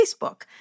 Facebook